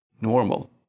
normal